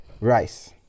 rice